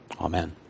Amen